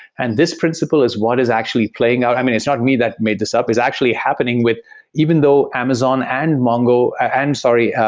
and this principle is what is actually playing out. i mean, it's not me that made this up. it's actually happening with even though amazon and mongo and sorry.